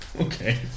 Okay